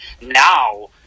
now